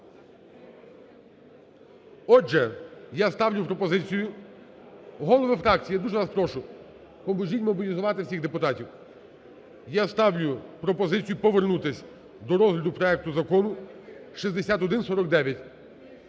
Отже, я ставлю пропозицію... Голови фракцій, я дуже вас прошу, поможіть мобілізувати всіх депутатів. Я ставлю пропозицію повернутися до розгляду проекту закону 6149.